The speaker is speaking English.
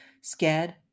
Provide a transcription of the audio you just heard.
scared